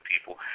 people